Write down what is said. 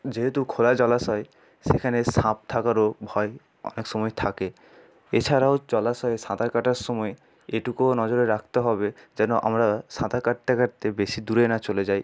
যেহেতু খোলা জলাশয় সেখানে সাপ থাকারও ভয় ওনেক সময় থাকে এছাড়াও জলাশয়ে সাঁতার কাটার সময় এটুকুও নজরে রাখতে হবে যেন আমরা সাঁতার কাটতে কাটতে বেশি দূরে না চলে যাই